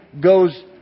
goes